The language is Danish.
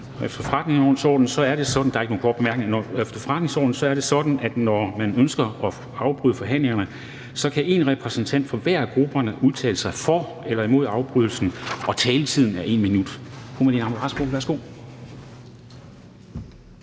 Efter forretningsordenen er det sådan, at når man ønsker at afbryde forhandlingerne, kan én repræsentant for hver af grupperne udtale sig for eller imod afbrydelsen, og taletiden er 1 minut.